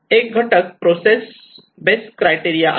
एक घटक process base criteria आहे